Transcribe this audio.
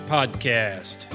Podcast